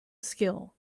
skill